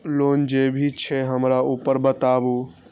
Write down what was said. Loan जे भी छे हमरा ऊपर बताबू?